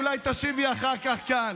מאז שאתה חבר כנסת כלום לא קורה כאן.